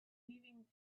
leaving